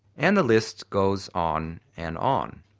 and the list goes on and on.